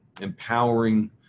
empowering